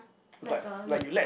like a